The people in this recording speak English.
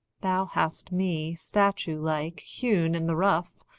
thou hast me, statue-like, hewn in the rough,